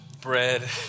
bread